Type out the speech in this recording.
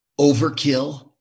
overkill